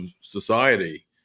society